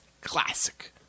Classic